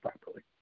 properly